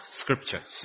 scriptures